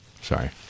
Sorry